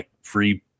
free